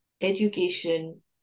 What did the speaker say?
education